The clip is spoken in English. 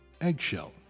eggshell